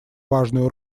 важную